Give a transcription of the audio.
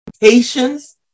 patience